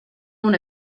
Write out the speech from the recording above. own